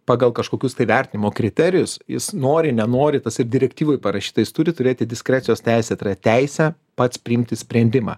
pagal kažkokius tai vertinimo kriterijus jis nori nenori tas ir direktyvoj parašyta jis turi turėti diskrecijos teisę tai yra teisę pats priimti sprendimą